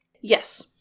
Yes